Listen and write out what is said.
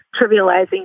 trivializing